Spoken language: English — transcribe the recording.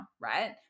right